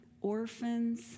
orphans